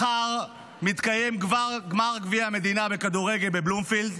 מחר מתקיים גמר גביע המדינה בכדורגל בבלומפילד.